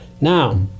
Now